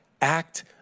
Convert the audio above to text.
act